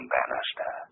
Bannister